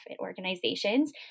organizations